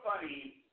funny